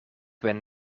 ben